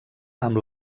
amb